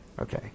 Okay